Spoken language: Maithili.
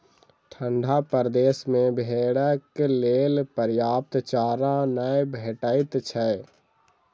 ठंढा प्रदेश मे भेंड़क लेल पर्याप्त चारा नै भेटैत छै